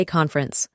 Conference